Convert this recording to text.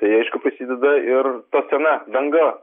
tai aišku prisideda ir sena danga